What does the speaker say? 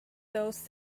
those